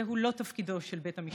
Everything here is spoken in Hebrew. זהו לא תפקידו של בית המשפט.